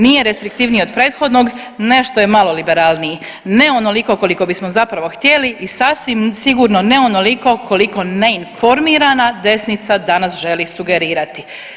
Nije restriktivniji od prethodnog, nešto je malo liberalniji, ne onoliko koliko bismo zapravo htjeli i sasvim sigurno ne onoliko koliko neinformirana desnica danas želi sugerirati.